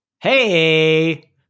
Hey